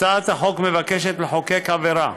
הצעת החוק מבקשת לקבוע עבירה